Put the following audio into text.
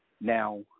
now